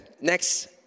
Next